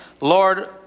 Lord